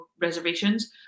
reservations